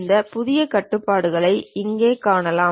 இந்த புதிய கட்டுப்பாட்டை இங்கே காணலாம்